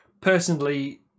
personally